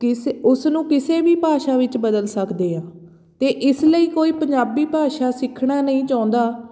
ਕਿਸ ਉਸ ਨੂੰ ਕਿਸੇ ਵੀ ਭਾਸ਼ਾ ਵਿੱਚ ਬਦਲ ਸਕਦੇ ਹਾਂ ਅਤੇ ਇਸ ਲਈ ਕੋਈ ਪੰਜਾਬੀ ਭਾਸ਼ਾ ਸਿੱਖਣਾ ਨਹੀਂ ਚਾਹੁੰਦਾ